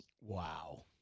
wow